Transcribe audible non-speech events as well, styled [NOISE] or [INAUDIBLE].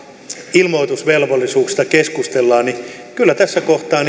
ilmoitusvelvollisuuksista keskustelemme niin kyllä tässä kohtaa [UNINTELLIGIBLE]